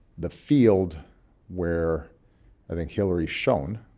the field where i think hillary shone,